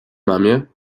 mamie